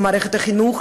למערכת החינוך,